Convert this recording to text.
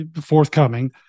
forthcoming